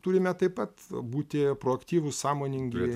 turime taip pat būti proaktyvūs sąmoningi